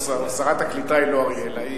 שרת הקליטה היא לא אראלה.